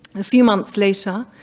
a few months later,